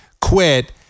quit